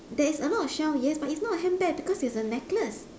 there is a lot of shell yes but it's not a handbag because it's a necklace